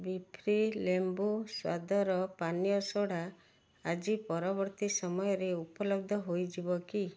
ବିଫ୍ରି ଲେମ୍ବୁ ସ୍ୱାଦର ପାନୀୟ ସୋଡ଼ା ଆଜି ପରବର୍ତ୍ତୀ ସମୟରେ ଉପଲବ୍ଧ ହୋଇଯିବ କି